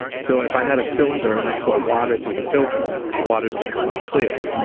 so if i had a filter and i pour water through the filter, the water's going to come out clear,